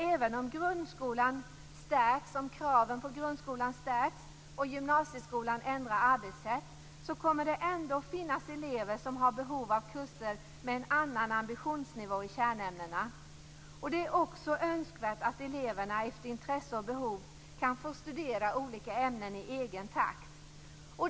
Även om kraven på grundskolan stärks och gymnasieskolan ändrar arbetssätt kommer det ändå att finnas elever som har behov av kurser med en annan ambitionsnivå i kärnämnena. Det är också önskvärt att eleverna, efter intresse och behov, kan få studera olika ämnen i egen takt.